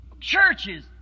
churches